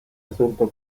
asunto